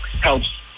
helps